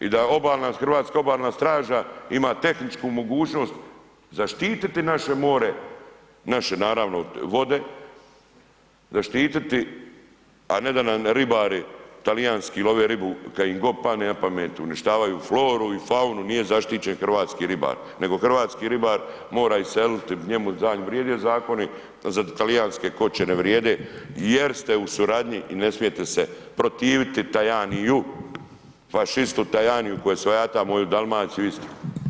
I da obalna, Hrvatska obalna straža ima tehničku mogućnost zaštiti naše more, naše naravno vode, zaštititi, a ne da nam ribari talijanski love ribu kad im god pane napamet, uništavaju floru i faunu, nije zaštićen hrvatski ribar, nego hrvatski ribar mora iseliti, njemu za nji vrijede zakoni, a za talijanske koče ne vrijede jer ste u suradnji i ne smijete se protiviti Tajaniju, fašistu Tajaniju koji svojata moju Dalmaciju i Istru.